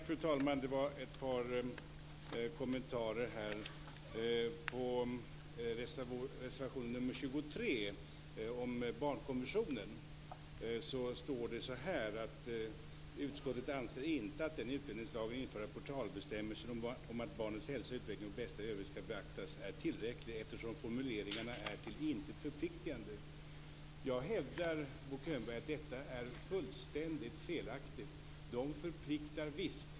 Fru talman! Jag har ett par kommentarer. I reservation nr 23 om barnkonventionen står det så här: "Utskottet anser inte att den i utlänningslagen införda portalbestämmelsen om att barnets hälsa, utveckling och bästa i övrigt skall beaktas är tillräcklig, eftersom formuleringarna är till intet förpliktande." Jag hävdar, Bo Könberg, att detta är fullständigt felaktigt. De förpliktigar visst!